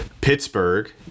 Pittsburgh